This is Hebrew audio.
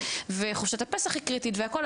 חופשת הפסח היא קריטית והכל,